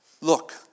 Look